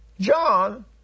John